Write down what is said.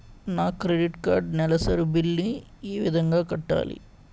నా credit card నెలసరి bill ని ఏ విధంగా కట్టాలి?